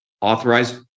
authorized